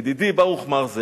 ידידי ברוך מרזל.